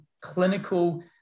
clinical